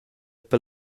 per